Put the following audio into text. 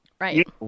Right